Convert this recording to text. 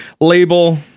label